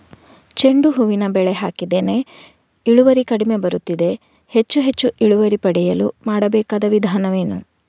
ಚೆಂಡು ಹೂವಿನ ಬೆಳೆ ಹಾಕಿದ್ದೇನೆ, ಇಳುವರಿ ಕಡಿಮೆ ಬರುತ್ತಿದೆ, ಹೆಚ್ಚು ಹೆಚ್ಚು ಇಳುವರಿ ಪಡೆಯಲು ಮಾಡಬೇಕಾದ ವಿಧಾನವೇನು?